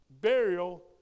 burial